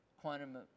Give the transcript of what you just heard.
quantum